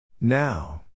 Now